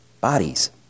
bodies